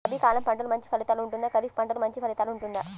రబీ కాలం పంటలు మంచి ఫలితాలు ఉంటుందా? ఖరీఫ్ పంటలు మంచి ఫలితాలు ఉంటుందా?